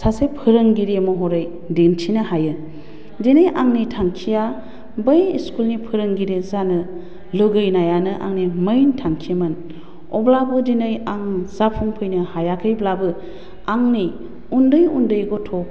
सासे फोरोंगिरि महरै दिन्थिनो हायो दिनै आंनि थांखिया बै इस्कुलनि फोरोंगिरि जानो लुबैनायानो आंनि मेइन थांखिमोन अब्लाबो दिनै आं जाफुंफैनो हायाखैब्लाबो आंनि उन्दै उन्दै गथ'